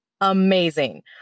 amazing